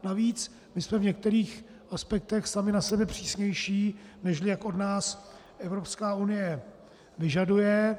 Navíc my jsme v některých aspektech sami na sebe přísnější, než jak od nás Evropská unie vyžaduje.